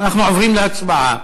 אנחנו עוברים להצבעה.